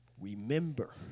remember